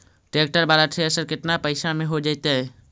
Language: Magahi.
ट्रैक्टर बाला थरेसर केतना पैसा में हो जैतै?